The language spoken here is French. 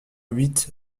huit